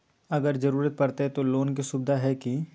अगर जरूरत परते तो लोन के सुविधा है की?